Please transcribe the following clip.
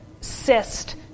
cyst